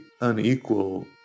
unequal